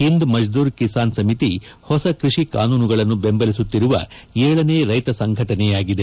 ಹಿಂದ್ ಮಜ್ಗೂರ್ ಕಿಸಾನ್ ಸಮಿತಿ ಹೊಸ ಕ್ಪಷಿ ಕಾನೂನುಗಳನ್ನು ಬೆಂಬಲಿಸುತ್ತಿರುವ ಏಳನೇ ರೈತ ಸಂಘಟನೆಯಾಗಿದೆ